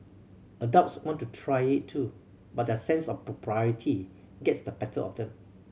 adults want to try it too but their sense of propriety gets the better of them